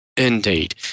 Indeed